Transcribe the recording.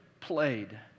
played